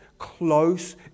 close